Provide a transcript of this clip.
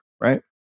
right